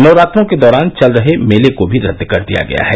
नवरात्रों के दौरान चल रहे मेले को भी रद्द कर दिया गया है